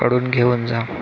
कडून घेऊन जा